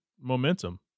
momentum